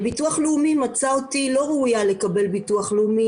ביטוח לאומי מצא אותי לא ראויה לקבל ביטוח לאומי,